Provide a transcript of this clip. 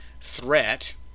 threat